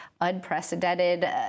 unprecedented